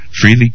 Freely